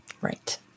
Right